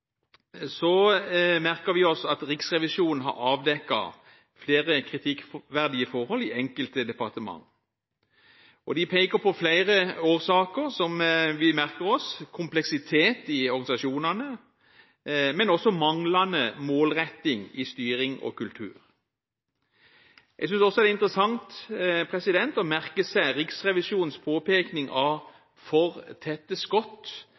merker vi oss at Riksrevisjonen har avdekket flere kritikkverdige forhold i enkelte departementer. De peker på flere årsaker som vi merker oss: kompleksitet i organisasjonene, men også manglende målretting i styring og kultur. Jeg synes også det er interessant å merke seg Riksrevisjonens påpekning av for tette skott